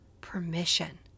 Permission